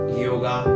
yoga